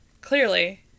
clearly